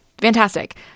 fantastic